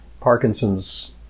Parkinson's